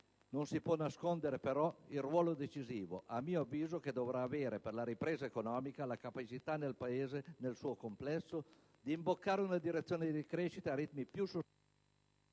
Non si può nascondere, però, il ruolo, decisivo a mio avviso, che dovrà avere, per la ripresa economica, la capacità del Paese nel suo complesso di imboccare una direzione di crescita a ritmi più sostenuti